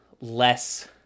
less